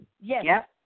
Yes